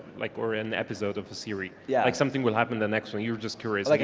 like or an episode of the series, yeah like something will happen the next one, you were just curious. like